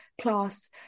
class